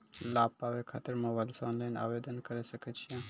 लाभ पाबय खातिर मोबाइल से ऑनलाइन आवेदन करें सकय छियै?